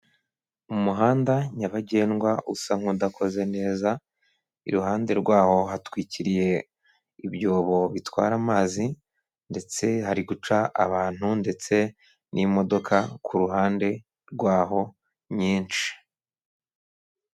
Umuhanda nyabagendwa usa nk'udakoze neza, iruhande rwaho hatwikiriye ibyobo bitwara amazi ndetse hari guca abantu ndetse n'imodoka ku ruhande rwaho nyinshi.